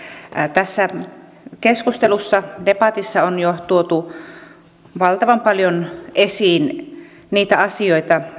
tässä keskustelussa debatissa on jo tuotu valtavan paljon esiin niitä asioita